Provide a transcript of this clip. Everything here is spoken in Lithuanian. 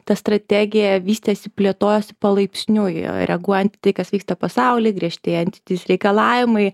ta strategija vystėsi plėtojosi palaipsniui reaguojant į tai kas vyksta pasaulyje griežtėjantys reikalavimai